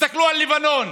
תסתכלו על לבנון.